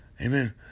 Amen